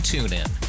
TuneIn